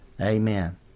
Amen